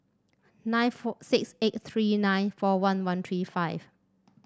nine four six eight three nine four one one three five